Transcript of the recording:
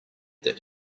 that